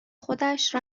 خودش